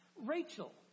Rachel